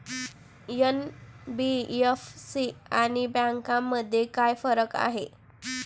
NBFC आणि बँकांमध्ये काय फरक आहे?